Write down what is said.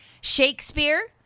Shakespeare